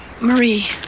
Marie